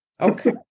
okay